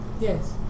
Yes